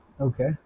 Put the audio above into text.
Okay